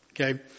Okay